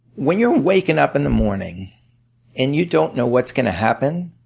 when you're waking up in the morning and you don't know what's going to happen,